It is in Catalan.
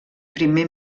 primer